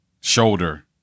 shoulder